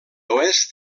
oest